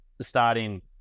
starting